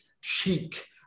chic